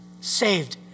saved